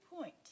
point